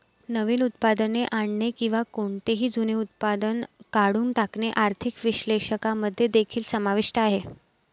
नवीन उत्पादने आणणे किंवा कोणतेही जुने उत्पादन काढून टाकणे आर्थिक विश्लेषकांमध्ये देखील समाविष्ट आहे